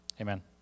Amen